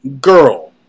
girl